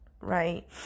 right